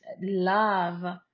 love